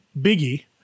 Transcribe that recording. Biggie